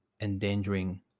endangering